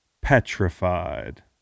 petrified